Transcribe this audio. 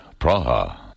Praha